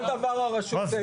כל דבר הרשות.